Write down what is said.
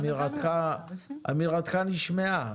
אמירתך נשמעה.